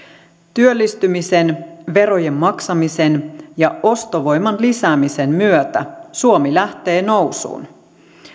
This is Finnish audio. työllistymisen verojen maksamisen ja ostovoiman lisäämisen myötä suomi lähtee nousuun